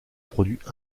produits